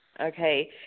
okay